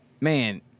man